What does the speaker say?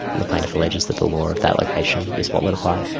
the plaintiff alleges that the law of that location is what would apply.